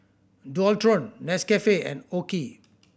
Dualtron Nescafe and OKI